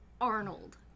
Arnold